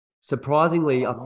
Surprisingly